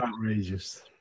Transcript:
Outrageous